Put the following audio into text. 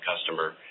customer